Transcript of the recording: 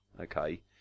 Okay